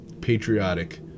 patriotic